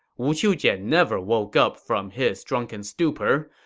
wu qiujian never woke up from his drunken stupor,